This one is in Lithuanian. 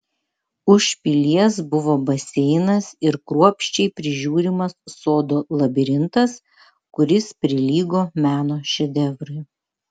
už pilies buvo baseinas ir kruopščiai prižiūrimas sodo labirintas kuris prilygo meno šedevrui